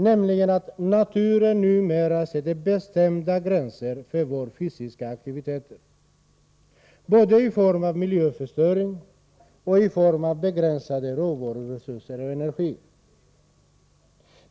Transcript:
Naturen sätter numera bestämda gränser för våra fysiska aktiviteter både i form av miljöförstöring och i form av begränsade råvaruresurser och energi.